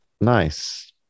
nice